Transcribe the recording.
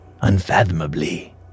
Unfathomably